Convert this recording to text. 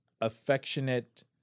affectionate